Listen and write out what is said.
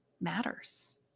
matters